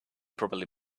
probably